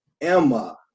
Emma